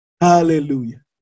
Hallelujah